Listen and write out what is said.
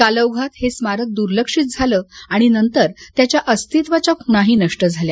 कालौघात हे स्मारक दुर्लक्षित झालं आणि नंतर त्याच्या अस्तित्वाच्या खुणाही नष्ट झाल्या